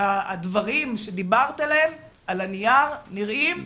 הדברים שדיברת עליהם, על הנייר נראים סביר.